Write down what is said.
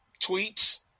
tweets